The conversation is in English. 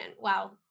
wow